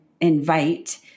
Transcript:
invite